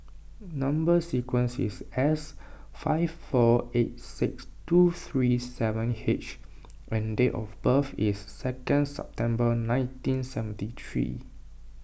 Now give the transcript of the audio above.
Number Sequence is S five four eight six two three seven H and date of birth is second September nineteen seventy three